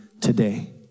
today